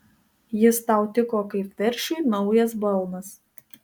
jis tau tiko kaip veršiui naujas balnas